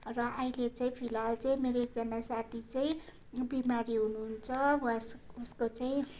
र अहिले चाहिँ फिलहाल चाहिँ मेरो एकजना साथी चाहिँ बिमारी हुनुहुन्छ उहाँसँग उसको चाहिँ